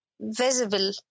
visible